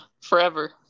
forever